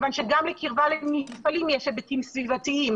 כיוון שגם לקרבה למפעלים יש היבטים סביבתיים,